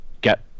get